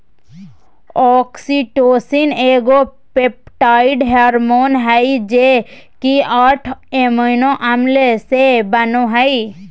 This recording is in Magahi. ऑक्सीटोसिन एगो पेप्टाइड हार्मोन हइ जे कि आठ अमोनो अम्ल से बनो हइ